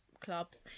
clubs